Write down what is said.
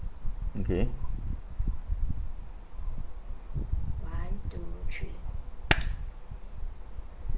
okay